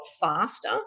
faster